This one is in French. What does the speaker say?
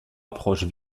approche